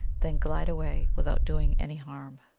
then glide away without doing any harm.